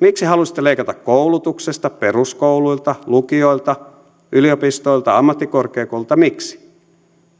miksi halusitte leikata koulutuksesta peruskouluilta lukioilta yliopistoilta ammattikorkeakouluilta miksi